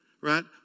right